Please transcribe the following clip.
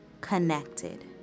connected